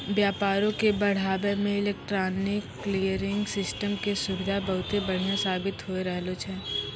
व्यापारो के बढ़ाबै मे इलेक्ट्रॉनिक क्लियरिंग सिस्टम के सुविधा बहुते बढ़िया साबित होय रहलो छै